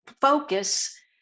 focus